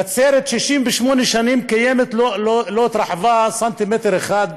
נצרת קיימת 68 שנים ולא התרחבה סנטימטר אחד,